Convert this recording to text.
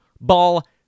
Ball